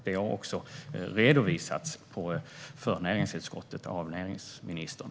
Den har också ganska nyligen redovisats för näringsutskottet av näringsministern.